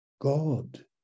God